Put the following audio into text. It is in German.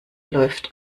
läuft